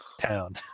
town